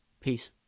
Peace